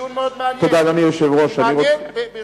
אדוני היושב-ראש, אני רוצה, דיון מאוד מעניין.